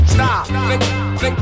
Stop